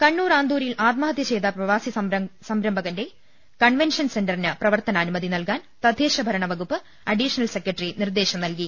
കണ്ണൂർ ആന്തൂരിൽ ആത്മഹിത്യ ചെയ്ത പ്രവാസി സംരംഭ കൻ സാജന്റെ കൺവെൻഷ്ൻ സെന്ററിന് പ്രവർത്തനാനുമതി നൽകാൻ തദ്ദേശഭരണവകുപ്പ് അഡീഷണൽ സെക്രട്ടറി നിർദേശം നൽകി